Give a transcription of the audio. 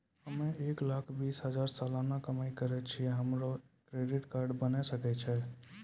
हम्मय एक लाख बीस हजार सलाना कमाई करे छियै, हमरो क्रेडिट कार्ड बने सकय छै?